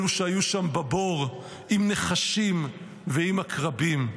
אלה שהיו שם בבור עם נחשים ועם עקרבים.